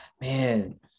man